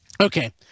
Okay